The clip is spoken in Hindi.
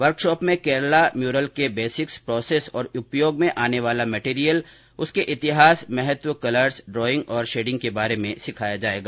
वर्कशॉप में केरला म्यूरल के बेसिक्स प्रोसेंस और उपयोग में आने वाला मटेरियल उसके इतिहास महत्व कलर्स ड्राइंग और शेडिंग के बारे में सिखाया जाएगा